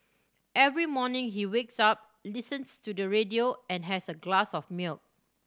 every morning he wakes up listens to the radio and has a glass of milk